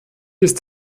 ist